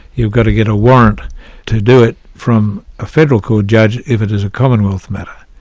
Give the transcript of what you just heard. you've got to get a warrant to do it from a federal court judge if it is a commonwealth matter.